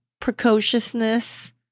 precociousness